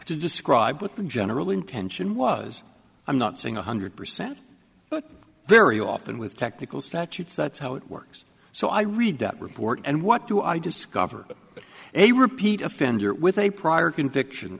to describe what the general intention was i'm not saying one hundred percent but very often with technical statutes that's how it works so i read that report and what do i discover that a repeat offender with a prior conviction